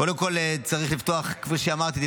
כפי שאמרתי,